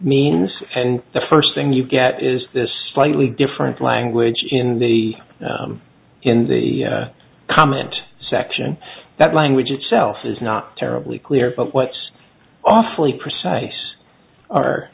means and the first thing you get is this slightly different language in the in the comment section that language itself is not terribly clear but what's awfully precise are